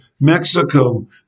Mexico